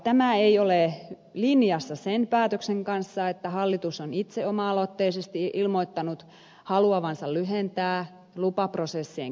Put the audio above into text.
tämä ei ole linjassa sen päätöksen kanssa että hallitus on itse oma aloitteisesti ilmoittanut haluavansa lyhentää lupaprosessien käsittelyaikoja